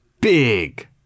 Big